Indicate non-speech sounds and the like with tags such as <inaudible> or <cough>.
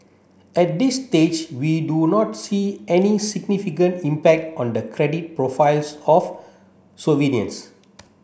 at this stage we do not see any significant impact on the credit profiles of <unintelligible>